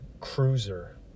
cruiser